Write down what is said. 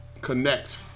Connect